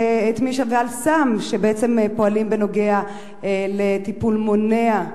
ו"אל סם" פועלים בנוגע לטיפול מונע,